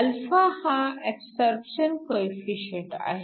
α हा absorption coefficient आहे